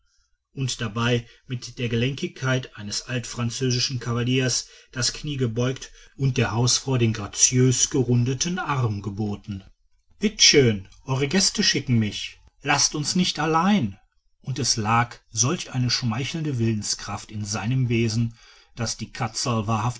und dabei mit der gelenkigkeit eines altfranzösischen kavaliers das knie gebeugt und der hausfrau den graziös gerundeten arm geboten bitt schön eure gäste schicken mich laß uns nicht allein und es lag solch eine schmeichelnde willenskraft in seinem wesen daß die katzel wahrhaftig